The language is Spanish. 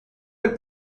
del